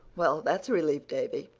well, that's a relief, davy.